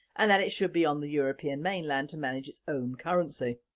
and that it should be on the european mainland to manage its own currency.